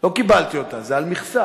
לא קיבלתי אותה, זה על מכסה,